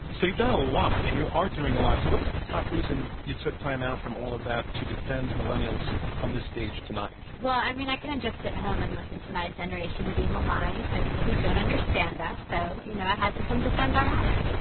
so you've done a lot, and you are doing a lot. so what is the top reason you took time out from all of that to defend millennials on this stage tonight? well, i mean, i couldn't just sit home and listen to my generation be maligned by people who don't understand us. so, you know, i had to come defend our honor.